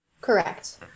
correct